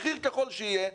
בכיר ככל שיהיה,